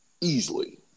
easily